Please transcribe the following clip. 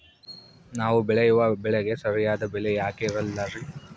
ನಾವು ಬೆಳೆಯುವ ಬೆಳೆಗೆ ಸರಿಯಾದ ಬೆಲೆ ಯಾಕೆ ಇರಲ್ಲಾರಿ?